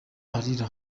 arira